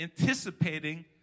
anticipating